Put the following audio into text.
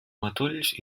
matolls